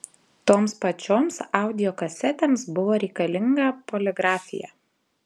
toms pačioms audio kasetėms buvo reikalinga poligrafija